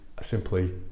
simply